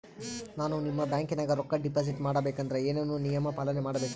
ನಾನು ನಿಮ್ಮ ಬ್ಯಾಂಕನಾಗ ರೊಕ್ಕಾ ಡಿಪಾಜಿಟ್ ಮಾಡ ಬೇಕಂದ್ರ ಏನೇನು ನಿಯಮ ಪಾಲನೇ ಮಾಡ್ಬೇಕ್ರಿ?